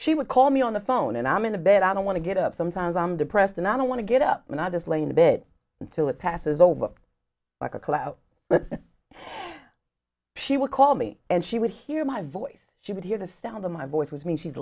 she would call me on the phone and i'm in the bed i don't want to get up sometimes i'm depressed and i don't want to get up and others lay in bed until it passes over like a cloud but she would call me and she would hear my voice she would hear the sound of my voice with me she's